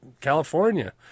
California